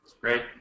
Great